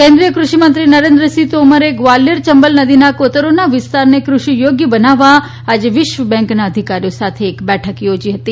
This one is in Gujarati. કેન્દ્રીય કૃષિમંત્રી નરેન્દ્રસીંહ તોમરે ગ્વાલીયર યંબલ નદીના કોતરોના વિસ્તારને કૃષિ યોગ્ય બનાવવા આજે વિશ્વ બેંકના અધિકારીઓ સાથે એક બેઠક યોજી હતી